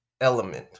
element